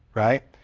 right?